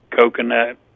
coconut